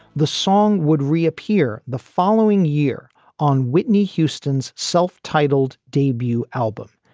the song would reappear the following year on whitney houston's self-titled debut album,